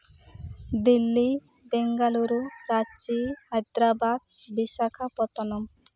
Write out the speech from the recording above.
Delhi Bengaluru Ranchi Hyderabad Visakha ᱯᱚᱛᱛᱱᱚᱢ